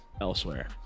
elsewhere